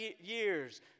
years